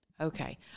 Okay